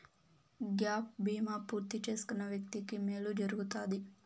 gap బీమా పూర్తి చేసుకున్న వ్యక్తికి మేలు జరుగుతాది